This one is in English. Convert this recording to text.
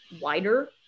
wider